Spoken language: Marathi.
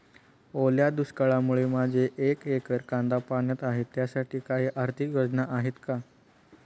ओल्या दुष्काळामुळे माझे एक एकर कांदा पाण्यात आहे त्यासाठी काही आर्थिक योजना आहेत का?